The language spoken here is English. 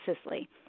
Sicily